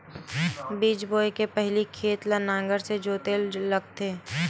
बीज बोय के पहिली खेत ल नांगर से जोतेल लगथे?